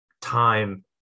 time